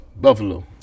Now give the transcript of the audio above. Buffalo